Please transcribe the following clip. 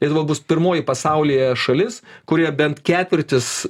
lietuva bus pirmoji pasaulyje šalis kurioje bent ketvirtis